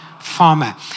farmer